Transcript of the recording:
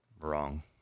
Wrong